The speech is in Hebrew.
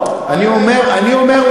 אני אומר,